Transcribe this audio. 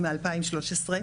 היא מ-2013,